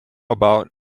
about